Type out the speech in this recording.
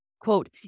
quote